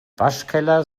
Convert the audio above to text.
waschkeller